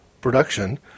production